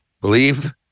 believe